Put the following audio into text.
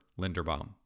Linderbaum